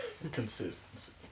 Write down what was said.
Consistency